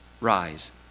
rise